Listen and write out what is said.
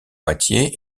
moitié